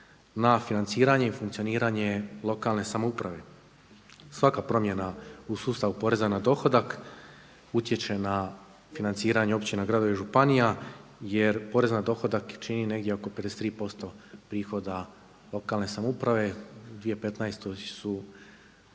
na financiranje i funkcioniranje lokalne samouprave. Svaka promjena u sustavu poreza na dohodak utječe na financiranje općina, gradova i županija. Jer porez na dohodak čini negdje oko 53% prihoda lokalne samouprave. U 2015. su